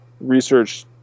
research